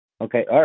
Okay